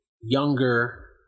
younger